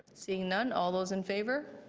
seeing none all those in favor?